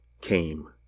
came